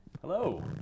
Hello